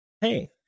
Hey